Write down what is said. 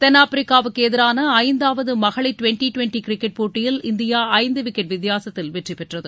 தென்னாப்பிரிக்காவுக்கு எதிரான ஐந்தாவது மகளிர் டிவெண்டி டிவெண்டி கிரிக்கெட் போட்டியில் இந்தியா ஐந்து விக்கெட் வித்தியாசத்தில் வெற்றி பெற்றது